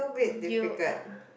and you are